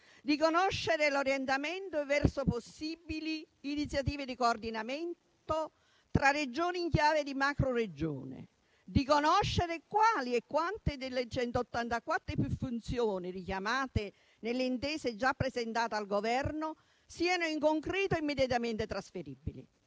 di conoscere l'orientamento verso possibili iniziative di coordinamento tra Regioni in chiave di macroregione; di conoscere quali e quante, delle 184 e più funzioni richiamate nelle intese già presentate al Governo, siano in concreto immediatamente trasferibili.